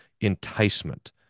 enticement